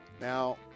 Now